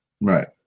Right